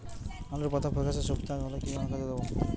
আলুর পাতা ফেকাসে ছোপদাগ হলে কি অনুখাদ্য দেবো?